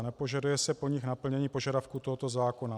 Nepožaduje se po nich naplnění požadavků tohoto zákona.